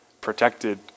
protected